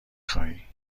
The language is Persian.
خوایی